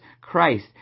Christ